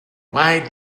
why